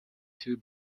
two